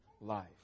life